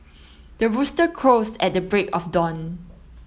the rooster crows at the break of dawn